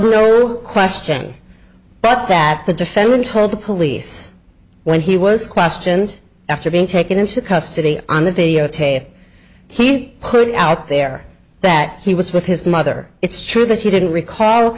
real question but that the defendant told the police when he was questioned after being taken into custody on the video tape he could out there that he was with his mother it's true that he didn't recall